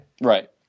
Right